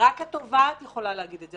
רק התובעת יכולה להגיד את זה.